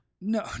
No